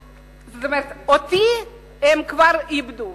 אותי הם כבר איבדו.